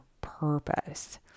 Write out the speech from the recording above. purpose